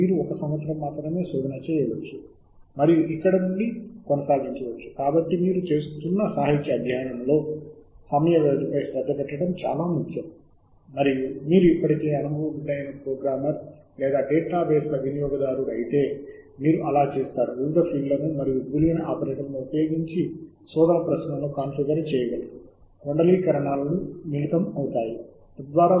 మీరు శోధన స్ట్రింగ్ ఉపయోగించి ముందస్తు శోధన లక్షణాలను కూడా చేయవచ్చు ఇప్పటికే మీకు అధునాతన ప్రోగ్రామింగ్ లేదా SQL సింటాక్స్ గురించి బాగా తెలిసి ఉంటే వివిధ ఫీల్డ్లు విలువలు బూలియన్ ఆపరేటర్లు మరియు కుండలీకరణాలను దానికి జోడించవచ్చు